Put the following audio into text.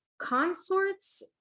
Consorts